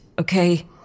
okay